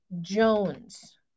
Jones